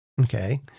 Okay